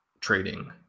trading